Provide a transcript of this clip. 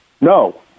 No